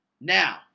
Now